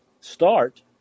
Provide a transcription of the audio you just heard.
start